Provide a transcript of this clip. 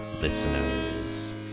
listeners